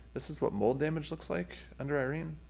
this is what mold damage looks like under irene.